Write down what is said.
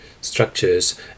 structures